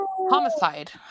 homicide